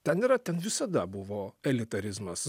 ten yra ten visada buvo elitarizmas